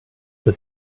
but